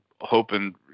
hoping